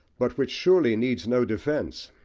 but which surely needs no defence,